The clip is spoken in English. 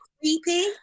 creepy